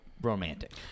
romantic